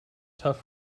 tough